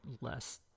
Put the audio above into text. less